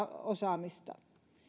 osaamista